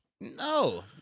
No